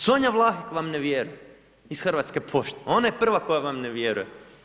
Sonja Vlah vam ne vjeruje iz Hrvatske pošte, ona je prva koja vam ne vjeruje.